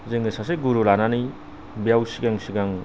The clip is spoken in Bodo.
जोङो सासे गुरु लानानै बेयाव सिगां सिगां